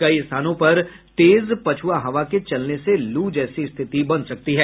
कई स्थानों पर तेज पछुआ हवा के चलने से लू जैसी स्थिति बन सकती है